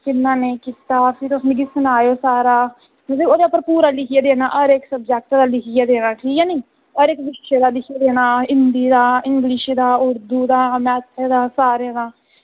किन्ना नेईं कीता ते तुस फिर मिगी सनायो सारा तुसें ओह्दे उप्पर पूरा लिखियै देना हर इक्क सब्जेक्ट दा लिखियै देना ठीक ऐ नी हर इक्क दा लिखियै देना हिंदी दा इंगलिश दा उर्दू दा मैशे दा सारें दा